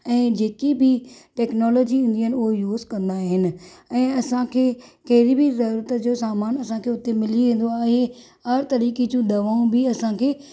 ऐं जेकी बि टेक्नोलॉजी हूंदियूं आहिनि उहो यूज़ कंदा आहिनि ऐं असांखे कहिड़ी बि ज़रूरत जो सामान असांखे हुते मिली वेंदो आहे हर तरीक़े जूं दवाऊं बि असांखे